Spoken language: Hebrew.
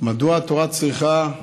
מדוע התורה צריכה?